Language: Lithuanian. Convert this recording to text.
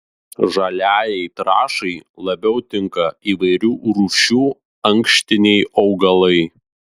žaliajai trąšai labiau tinka įvairių rūšių ankštiniai augalai